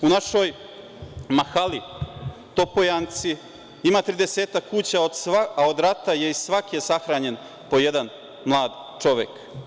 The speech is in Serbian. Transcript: U našoj mahali Topojanci ima 30-ak kuća, a od rata je iz svake sahranjen po jedan mlad čovek.